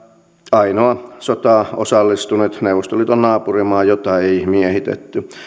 ainoa sotaan osallistunut neuvostoliiton naapurimaa jota ei miehitetty